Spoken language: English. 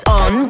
on